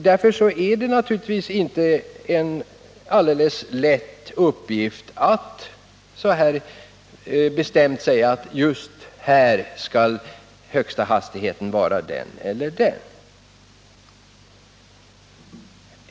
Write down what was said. Därför är det naturligtvis inte en lätt uppgift att bestämt säga att just här skall högsta hastigheten vara den eller den.